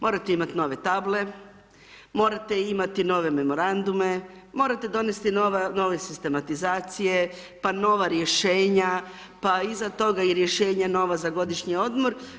Morate imate nove table, morate imati nove memorandume, morate donesti nove sistematizacije, pa nova rješenja, pa iza toga i rješenja nova za godišnji odmor.